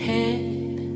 Head